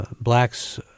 blacks